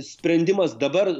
sprendimas dabar